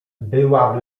była